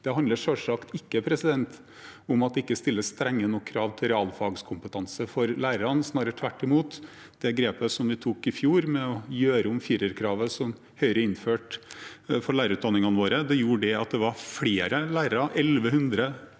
Det handler selvsagt ikke om at det ikke stilles strenge nok krav til realfagskompetanse for lærerne, snarere tvert imot. Det grepet som vi tok i fjor med å gjøre om firerkravet som Høyre innførte for lærerutdanningene våre, gjorde at det var flere lærere, 1 100